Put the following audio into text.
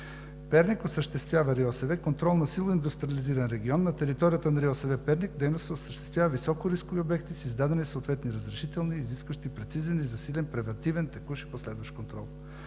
Перник, осъществява контрол на силно индустриализиран регион на територията на РИОСВ – Перник. Дейност осъществяват и високо рискови обекти с издадени съответни разрешителни, изискващи прецизен и засилен превантивен текущ и последващ контрол.